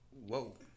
Whoa